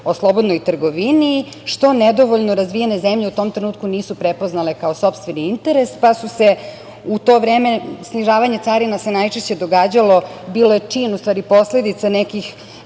o slobodnoj trgovini, što nedovoljno razvijene zemlje u tom trenutku nisu prepoznale kao sopstveni interes, pa je u to vreme snižavanje carina najčešće bio čin u stvari posledica nekih